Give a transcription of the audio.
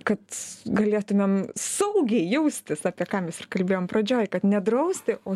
kad galėtumėm saugiai jaustis apie ką mes ir kalbėjome pradžioj kad nedrausti o